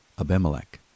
Abimelech